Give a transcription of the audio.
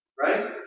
Right